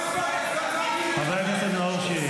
ניסים ואטורי,